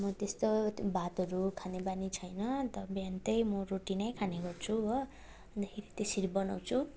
म त्यस्तो भातहरू खाने बानी छैन अन्त बिहान चाहिँ म रोटी नै खाने गर्छु हो अन्तखेरि त्यसरी बनाउँछु